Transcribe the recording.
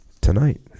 tonight